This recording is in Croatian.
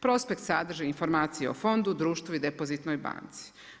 Prospekt sadrži informacije o fondu, društvu i depozitnoj banci.